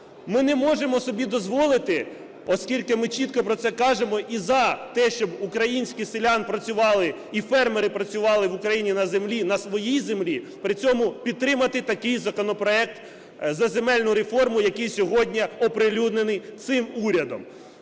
Ми не можемо собі дозволити, оскільки ми чітко про це кажемо і за те, щоб українські селяни працювали і фермери працювали в Україні на землі, на своїй землі, при цьому підтримати такий законопроект за земельну реформу, який сьогодні оприлюднений цим урядом.